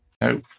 No